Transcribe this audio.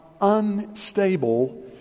unstable